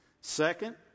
Second